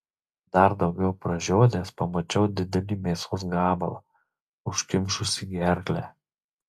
dar daugiau pražiodęs pamačiau didelį mėsos gabalą užkimšusį gerklę